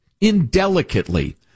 indelicately